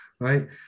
right